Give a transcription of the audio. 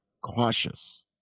cautious